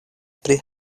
pri